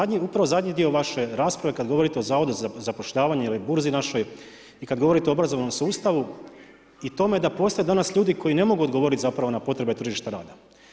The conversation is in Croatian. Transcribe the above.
Zadnji, upravo zadnji dio vaše rasprave kada govorite o Zavodu za zapošljavanje ili burzi našoj i kada govorite o obrazovnom sustavu i tome da postoje danas ljudi koji ne mogu odgovoriti zapravo na potrebe tržišta rada.